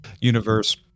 universe